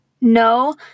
No